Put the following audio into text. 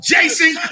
Jason